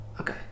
Okay